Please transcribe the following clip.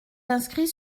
inscrits